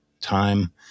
time